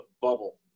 bubble